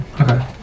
Okay